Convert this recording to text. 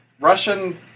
Russian